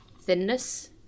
thinness